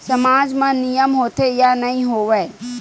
सामाज मा नियम होथे या नहीं हो वाए?